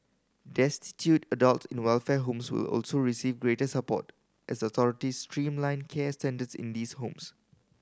destitute adult in the welfare homes will also receive greater support as the authorities streamline care standards in these homes